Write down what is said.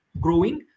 growing